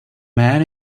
man